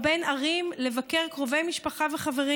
או בין ערים, לבקר קרובי משפחה וחברים.